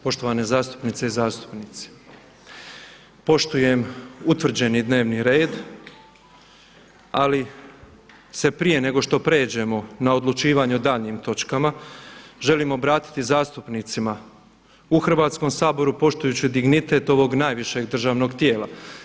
Poštovane zastupnice i zastupnici poštujem utvrđeni dnevni red ali se prije nego što pređemo na odlučivanje o daljnjim točkama želim obratiti zastupnicima u Hrvatskom saboru poštujući dignitet ovog najvišeg državnog tijela.